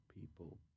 people